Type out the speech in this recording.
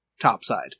topside